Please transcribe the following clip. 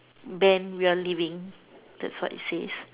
Ben we are leaving that's what it says